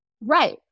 Right